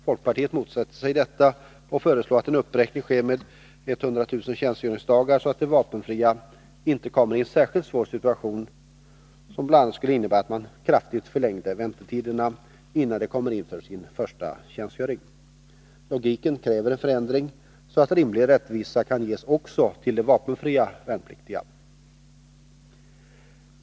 Folkpartiet motsätter sig detta och föreslår att en uppräkning sker med 100 000 tjänstgöringsdagar, så att de vapenfria inte kommer i en särskilt svår situation, som bl.a. skulle innebära att man kraftigt förlängde väntetiden, innan de kom in till sin första tjänstgöring. Logiken kräver en förändring så att rimlig rättvisa kan ges också till de vapenfria värnpliktiga.